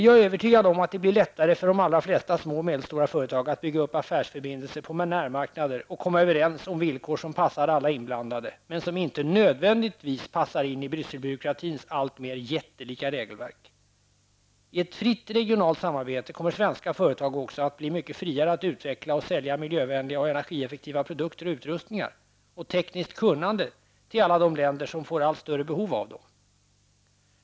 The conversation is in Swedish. Jag är övertygad om att det blir lättare för de allra flesta små och medelstora företag att bygga upp affärsförbindelser på närmarknader och komma överens om villkor som passar alla inblandade, men som inte nödvändigvis passar in i Brysselbyråkratins alltmer jättelika regelverk. I ett fritt regionalt samarbete kommer svenska företag också att bli mycket friare att utveckla och sälja miljövänliga och energieffektiva produkter och utrustningar och tekniskt kunnande till alla de länder som får allt större behov av dem.